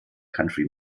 country